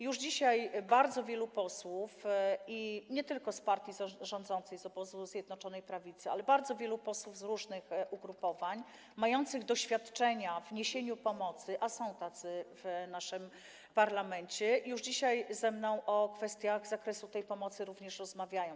Już dzisiaj bardzo wielu posłów, i to nie tylko z partii rządzącej, z obozu Zjednoczonej Prawicy, ale i bardzo wielu posłów z różnych ugrupowań mających doświadczenia w niesieniu pomocy, a są tacy w naszym parlamencie, już dzisiaj ze mną o kwestiach z zakresu tej pomocy również rozmawia.